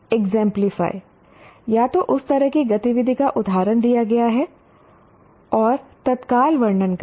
exemplify या तो उस तरह की गतिविधि का उदाहरण दिया गया है और तत्काल वर्णन करें